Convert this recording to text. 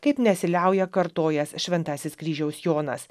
kaip nesiliauja kartojęs šventasis kryžiaus jonas